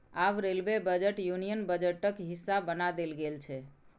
आब railway budget union बजटक हिस्सा बना देल गेल छै